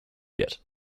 yet